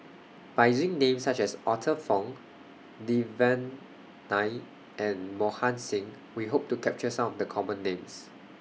By using Names such as Arthur Fong Devan Nair and Mohan Singh We Hope to capture Some of The Common Names